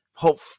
Hope